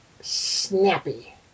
snappy